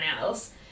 else